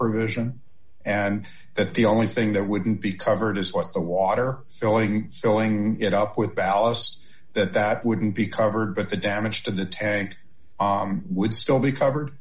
provision and that the only thing that wouldn't be covered is what the water filling filling it up with balas that that wouldn't be covered but the damage to the tank would still be covered